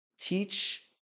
Teach